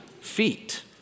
feet